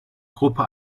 gruppe